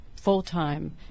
full-time